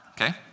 okay